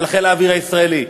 חיל האוויר הישראלי.